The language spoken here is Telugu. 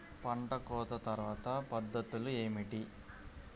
పంట కోత తర్వాత పద్ధతులు ఏమిటి?